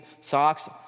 socks